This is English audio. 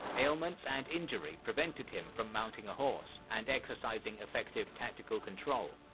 ailments and injury prevented him from mounting a horse and exercising effective tactical control.